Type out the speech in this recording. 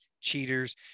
cheaters